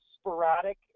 sporadic